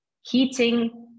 heating